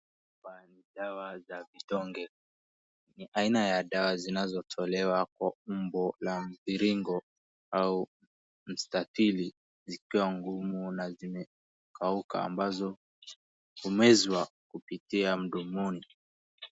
Hapa ni dawa za vidonge. Ni aina ya dawa zinazotolewa kwa umbo la mviringo au mstatili zikiwa ngumu na zimekauka ambazo humezwa kupitia mdomoni.